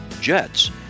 Jets